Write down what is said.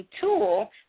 tool